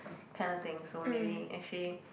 kind of thing so maybe actually